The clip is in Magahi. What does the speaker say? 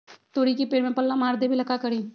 तोड़ी के पेड़ में पल्ला मार देबे ले का करी?